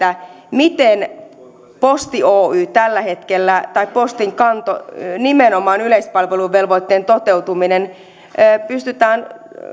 miten tällä hetkellä postinkanto nimenomaan yleispalveluvelvoitteen toteutuminen pystytään